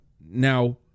Now